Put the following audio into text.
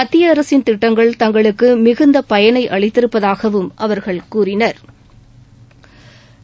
மத்திய அரசின் திட்டங்கள் தங்களுக்கு மிகுந்த பயனை அளித்திருப்பதாகவும் அவா்கள் கூறினா்